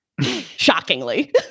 shockingly